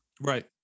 Right